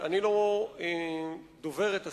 אני לא דובר את השפה,